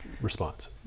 response